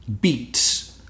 beats